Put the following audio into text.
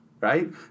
right